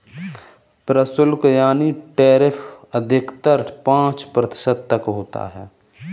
प्रशुल्क यानी टैरिफ अधिकतर पांच प्रतिशत तक होता है